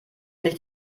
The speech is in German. nicht